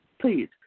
Please